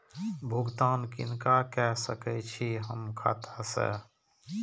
भुगतान किनका के सकै छी हम खाता से?